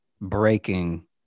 breaking